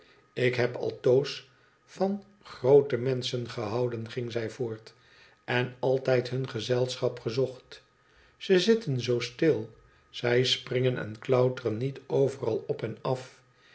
ik heb altoos van groote menschen gehouden ging zij voort en altijd hun gezelschap gezocht ze zitten zoo stil zij springen en klauteren niet overal op en af